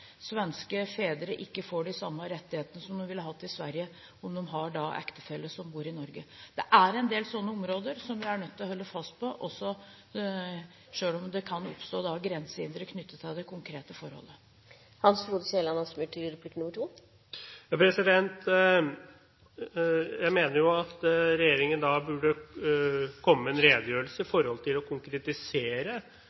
svenske fedre som har en ektefelle som bor i Norge, ikke får de samme rettighetene som de ville hatt i Sverige. Det er en del slike områder som vi er nødt til å holde fast på, selv om det kan oppstå grensehindre knyttet til det konkrete forholdet. Jeg mener at regjeringen da burde komme med en redegjørelse hvor de konkretiserer hvilke områder vi nå skal legge i en